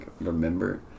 remember